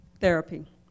therapy